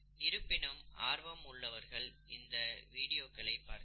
இருப்பினும் ஆர்வம் உள்ளவர்கள் இந்த வீடியோக்களை பார்க்கவும்